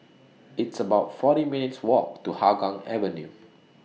It's about forty minutes' Walk to Hougang Avenue